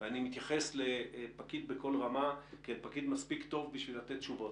אני משלמת 27 פלוס מע"מ לחברות משלוחים.